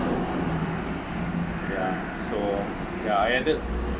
ya so ya ended